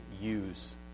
use